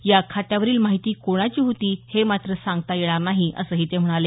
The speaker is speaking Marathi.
या खात्यावरील माहिती कोणाची होती हे मात्र सांगता येणार नाही असंही ते म्हणाले